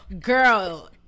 girl